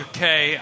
Okay